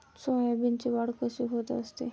सोयाबीनची वाढ कशी होत असते?